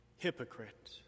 Hypocrite